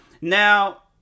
Now